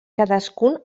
cadascun